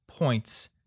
points